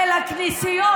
בכנסיות,